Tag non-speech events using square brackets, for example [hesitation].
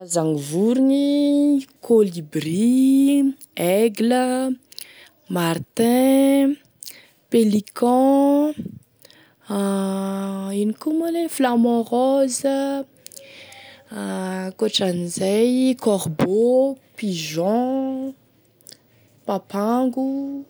Karazane vorogny colibri, aigle, martin, pélican, a [hesitation] ino koa moa izy igny, flamant rose, ankoatran'izay corbeau, [hesitation] pigeon, papango.